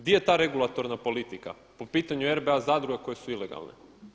Di je ta regulatorna politika po pitanju RBA zadruga koje su ilegalne?